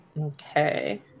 Okay